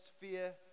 fear